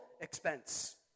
expense